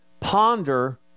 ponder